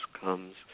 comes